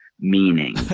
meaning